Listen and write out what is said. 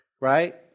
right